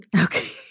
Okay